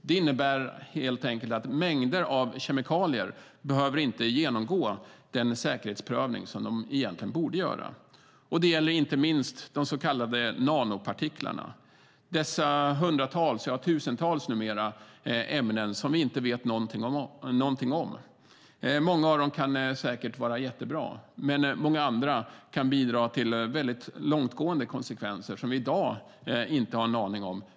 Det innebär att mängder av kemikalier inte behöver genomgå den säkerhetsprövning de egentligen borde genomgå. Det gäller inte minst de så kallade nanopartiklarna - dessa hundratals, numera tusentals, ämnen som vi inte vet någonting om. Många av dem kan säkert vara bra, men många andra kan bidra till långtgående konsekvenser som vi i dag inte har en aning om.